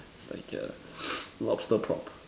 it's like a lobster prop